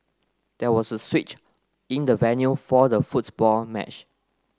there was a switch in the venue for the football match